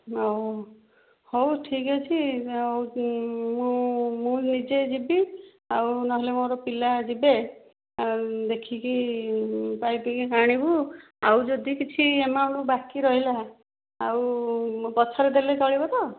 ହଉ ହଉ ଠିକ୍ ଅଛି ଆଉ ମୁଁ ମୁଁ ନିଜେ ଯିବି ଆଉ ନହେଲେ ମୋର ପିଲା ଯିବେ ଦେଖିକି ପାଇପ୍କି ଆଣିବୁ ଆଉ ଯଦି କିଛି ଆମାଉଣ୍ଟ ବାକି ରହିଲା ଆଉ ପଛରେ ଦେଲେ ଚଳିବ ତ